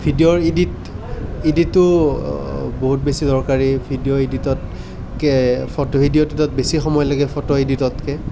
ভিডিঅ'ৰ ইডিট ইডিটো বহুত বেছি দৰকাৰী ভিডিঅ' ইডিটতকৈ ফটো ভিডিঅ' ইডিটত বেছি সময় লাগে ফটো ইডিটতকৈ